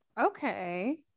okay